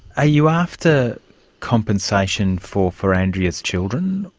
ah you after compensation for for andrea's children,